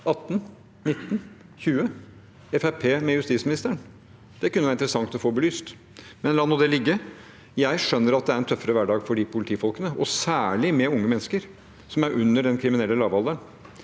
hadde da justisministeren. Det kunne det ha vært interessant å få belyst. Men la det ligge. Jeg skjønner at det er en tøffere hverdag for de politifolkene, særlig med unge mennesker som er under den kriminelle lavalderen.